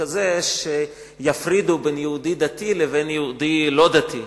הזה שיפרידו בין יהודי דתי ליהודי לא דתי.